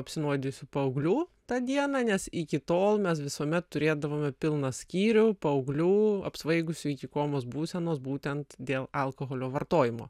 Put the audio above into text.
apsinuodijusių paauglių tą dieną nes iki tol mes visuomet turėdavome pilną skyrių paauglių apsvaigusių iki komos būsenos būtent dėl alkoholio vartojimo